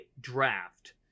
Draft